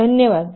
धन्यवाद